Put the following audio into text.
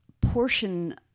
portion